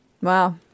Wow